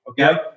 Okay